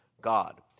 God